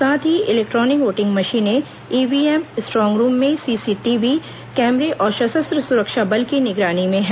साथ ही electronic voting मशीनें ईव्हीएम स्ट्रांग रूम में सीसीटीवी कैमरे और सशस्त्र सुरक्षा बल की निगरानी में हैं